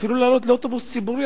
אפילו לעלות לאוטובוס ציבורי,